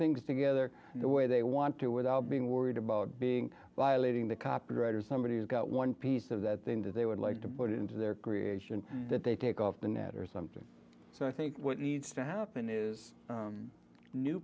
things together the way they want to without being worried about being violating the copyright or somebody has got one piece of that thing to they would like to put it into their creation that they take off the net or something so i think what needs to happen is